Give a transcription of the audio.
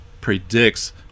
predicts